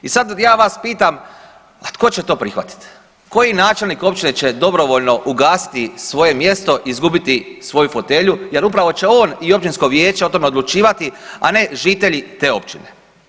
I sad ja vas pitam, a tko će to prihvatit, koji načelnik općine će dobrovoljno ugasiti svoje mjesto i izgubiti svoju fotelju jer upravo će on i općinsko vijeće o tome odlučivati, a ne žitelji te općine.